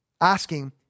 Asking